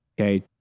Okay